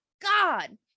god